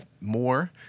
more